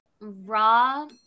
raw